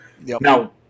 Now